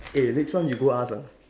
eh next one you go ask ah